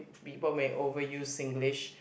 people may over use Singlish